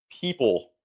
people